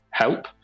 help